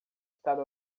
estado